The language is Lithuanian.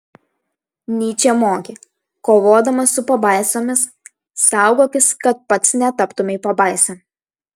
nyčė mokė kovodamas su pabaisomis saugokis kad pats netaptumei pabaisa